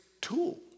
tool